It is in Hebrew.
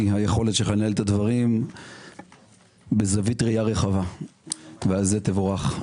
יכולתך לנהל את הדברים בזווית ראייה רחבה ועל כך תבורך.